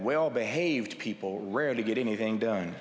well behaved people rarely get anything done